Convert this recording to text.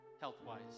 health-wise